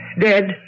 Dead